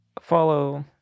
follow